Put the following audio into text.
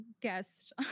guest